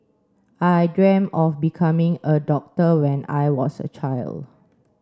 I dreamt of becoming a doctor when I was a child